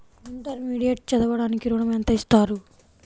Intermediate చదవడానికి ఋణం ఎంత ఇస్తారు?